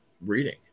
reading